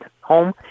home